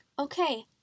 Okay